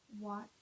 watch